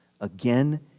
again